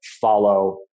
follow